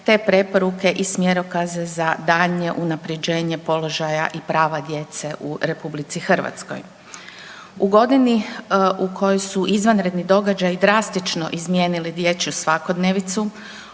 te preporuke i smjerokaze za daljnje unaprjeđenje položaja i prava djece u RH. U godini u kojoj su izvanredni događaji drastično izmijenili dječju svakodnevicu,